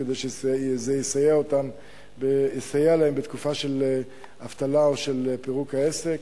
כדי שזה יסייע להם בתקופת של אבטלה או פירוק העסק,